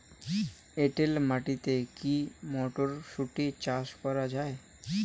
এটেল মাটিতে কী মটরশুটি চাষ করা য়ায়?